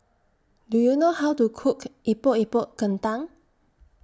Do YOU know How to Cook Epok Epok Kentang